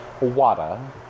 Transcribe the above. Wada